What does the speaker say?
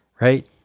right